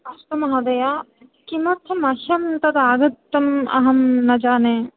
अस्तु महोदय किमर्थं मह्यं तदागतम् अहं न जाने